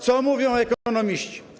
Co mówią ekonomiści?